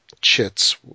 chits